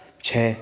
छः